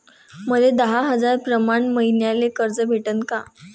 मले दहा हजार प्रमाण मईन्याले कर्ज भेटन का?